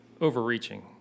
overreaching